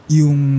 yung